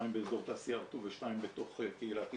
שתיים באזור תעשייה הרטוב ושתיים בתוך קהילת אילנות.